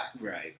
Right